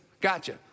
gotcha